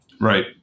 Right